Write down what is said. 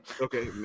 Okay